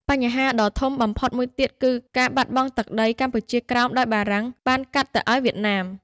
បញ្ហាដ៏ធំបំផុតមួយទៀតគឺការបាត់បង់ទឹកដី កម្ពុជាក្រោមដោយបារាំងបានកាត់ទៅអោយវៀតណាម។